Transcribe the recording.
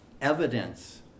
evidence